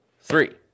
three